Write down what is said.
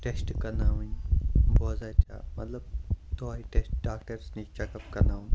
test کَرناوٕنۍ بوزان چھا مطلب دۄہے ٹیسٹ ڈاکٹرَس نِش چیٚک اَپ کَرناوُن